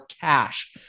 cash